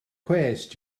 cwest